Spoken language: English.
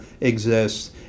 exists